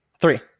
Three